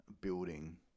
building